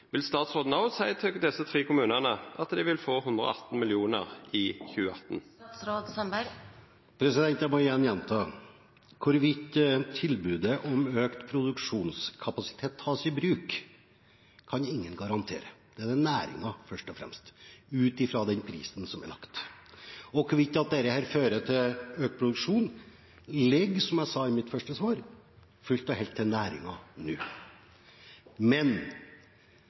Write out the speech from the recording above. Vil òg statsråden seia til desse tre kommunane at dei vil få 118 mill. kr i 2018? Jeg må igjen gjenta: Hvorvidt tilbudet om økt produksjonskapasitet tas i bruk, kan ingen garantere, det ligger først og fremst til næringen, ut fra den prisen som er fastlagt. Og hvorvidt dette fører til økt produksjon, ligger – som jeg sa i mitt første svar – fullt og helt til næringen nå. Men